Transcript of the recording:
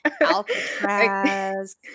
Alcatraz